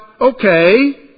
okay